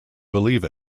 believe